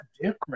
different